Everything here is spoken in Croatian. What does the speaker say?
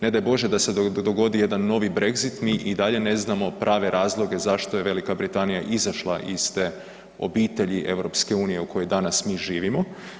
Ne daj Bože da se dogodi jedan novi brexit mi i dalje ne znamo prave razloge zašto je Velika Britanija izašla iz te obitelji EU u kojoj mi danas živimo.